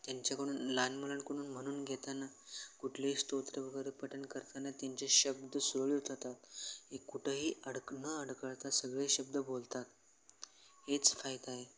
त्यांच्याकडून लहान मुलांकडून म्हणून घेताना कुठलेही स्तोत्र वगैरे पठण करताना त्यांचे शब्द हे कुठंही अडक न अडखळता सगळे शब्द बोलतात हेच फायदा आहे